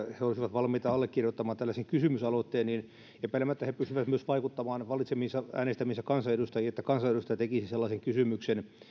valmiita allekirjoittamaan tällaisen kysymysaloitteen niin epäilemättä he pystyvät myös vaikuttamaan valitsemiinsa äänestämiinsä kansanedustajiin niin että kansanedustaja tekisi sellaisen kysymyksen se